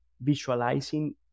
visualizing